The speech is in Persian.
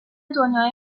دنیای